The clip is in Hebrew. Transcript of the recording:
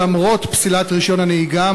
למרות פסילת רישיון הנהיגה,